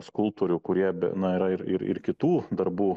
skulptorių kurie na yra ir ir ir kitų darbų